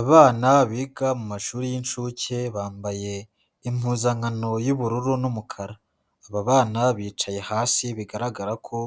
Abana biga mu mashuri y'incuke bambaye impuzankano y'ubururu n'umukara, aba bana bicaye hasi bigaragara ko